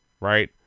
right